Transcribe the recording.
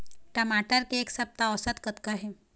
टमाटर के एक सप्ता औसत कतका हे?